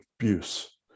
abuse